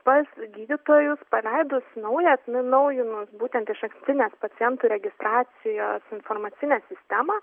pas gydytojus paleidus naują atsinaujinus būtent išankstinės pacientų registracijos informacinę sistemą